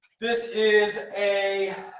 this is a,